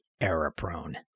error-prone